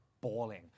bawling